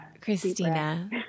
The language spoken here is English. Christina